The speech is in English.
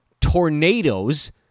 tornadoes